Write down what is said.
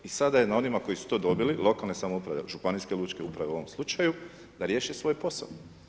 I sada je na onima koji su to dobili, lokalne samouprave, županijske lučke uprave, u ovom slučaju, da riješe svoj posao.